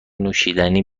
نوشیدنی